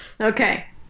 Okay